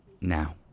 now